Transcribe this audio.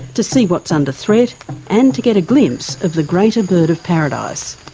to see what's under threat and to get a glimpse of the greater bird of paradise.